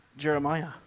Jeremiah